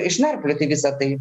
išnarplioti visa tai